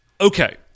Okay